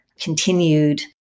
continued